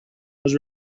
was